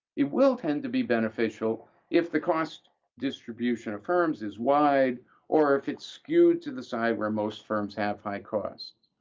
it will tend to be beneficial if the cost distribution of firms is wide or if it's skewed to the side where most firms have high cost,